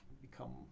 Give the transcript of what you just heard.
become